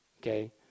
Okay